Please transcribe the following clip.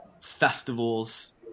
festivals